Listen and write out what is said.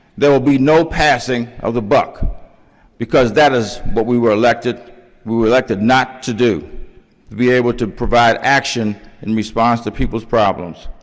there will be no passing of the buck because that is what we were elected we were elected not to do, to be able to provide action in response to people's problems.